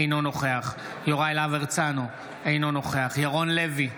אינו נוכח יוראי להב הרצנו, אינו נוכח ירון לוי,